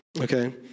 Okay